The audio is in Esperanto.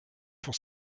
por